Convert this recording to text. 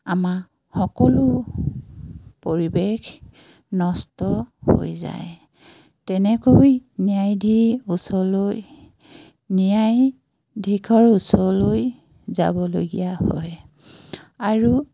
আমাৰ সকলো পৰিৱেশ নষ্ট হৈ যায় তেনেকৈ ন্যায়ধি ওচৰলৈ ন্যায়াধীশৰ ওচৰলৈ যাবলগীয়া হয় আৰু